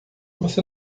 você